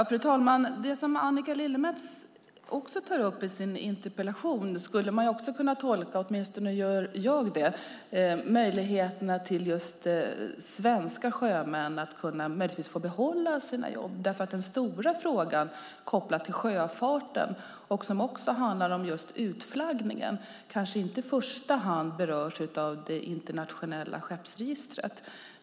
Fru talman! Det Annika Lillemets tar upp i sin interpellation skulle man kunna tolka - åtminstone gör jag det - som möjligheterna för svenska sjömän att få behålla sina jobb. Den stora frågan som är kopplad till sjöfarten och som även handlar om just utflaggningen kanske nämligen inte i första hand berörs av det internationella skeppsregistret.